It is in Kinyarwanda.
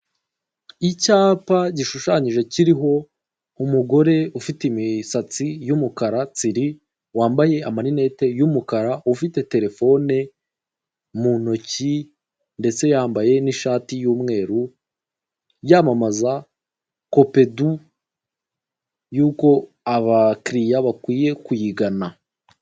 Icyapa gishushanyije kiriho umugore ufite imisatsi y'umukara tsiri wambaye amarinete y'umukara ufite terefone mu ntoki ndetse yambaye n'ishati y'umweru yamamaza kopedu y'uko abakiriya bakwiye kuyigana.